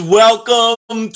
welcome